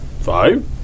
Five